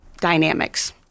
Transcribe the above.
dynamics